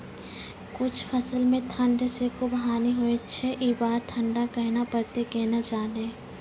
कुछ फसल मे ठंड से खूब हानि होय छैय ई बार ठंडा कहना परतै केना जानये?